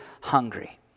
hungry